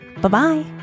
Bye-bye